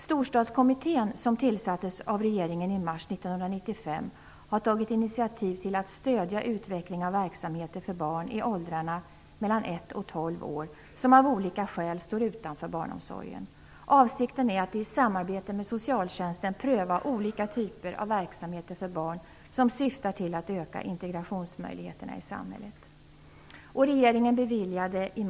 Storstadskommittén, som tillsattes av regeringen i mars 1995, har tagit initiativ till att stödja utveckling av verksamheter för barn i åldrarna 1-12 år som av olika skäl står utanför barnomsorgen. Avsikten är att i samarbete med socialtjänsten pröva olika typer av verksamheter för barn som syftar till att öka integrationsmöjligheterna i samhället.